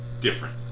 different